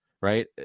right